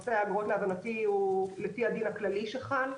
להבנתי נושא האגרות הוא לפי הדין הכללי שחל.